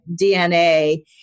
DNA